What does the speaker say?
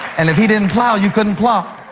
and if he didn't plow, you couldn't plop.